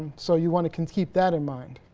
so you wanna conceit that in mind